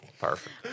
Perfect